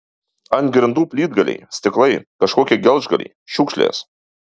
ant grindų plytgaliai stiklai kažkokie gelžgaliai šiukšlės